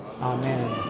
amen